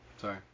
Sorry